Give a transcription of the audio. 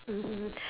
mmhmm